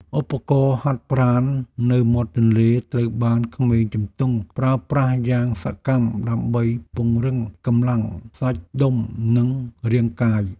ឧបករណ៍ហាត់ប្រាណនៅមាត់ទន្លេត្រូវបានក្មេងជំទង់ប្រើប្រាស់យ៉ាងសកម្មដើម្បីពង្រឹងកម្លាំងសាច់ដុំនិងរាងកាយ។